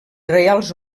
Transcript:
reials